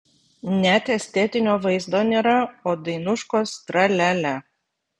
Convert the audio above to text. net estetinio vaizdo nėra o dainuškos tra lia lia